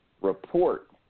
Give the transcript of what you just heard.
report